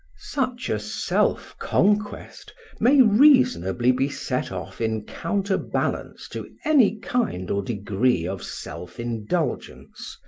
such a self-conquest may reasonably be set off in counterbalance to any kind or degree of self indulgence.